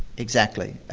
exactly.